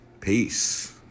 Peace